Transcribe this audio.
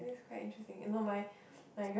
it is quite interesting you know my